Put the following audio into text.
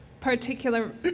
particular